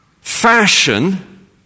fashion